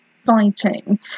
fighting